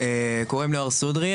קוראים לי אור סודרי,